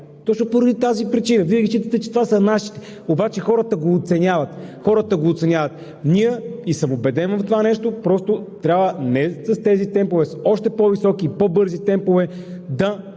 точно поради тази причина. Вие не считате, че това са нашите, обаче хората го оценяват, хората го оценяват. Ние, и съм убеден в това нещо, просто трябва не с тези темпове, с още по-високи, по-бързи темпове да